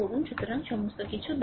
সুতরাং সমস্ত কিছু ব্যাখ্যা